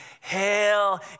Hail